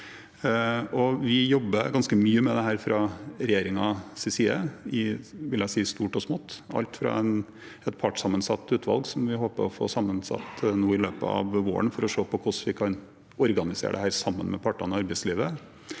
Vi jobber ganske mye med dette fra regjeringen sin side i stort og smått, vil jeg si, bl.a. med et partssammensatt utvalg som vi håper å få sammensatt nå i løpet av våren for å se på hvordan vi kan organisere dette sammen med partene i arbeidslivet.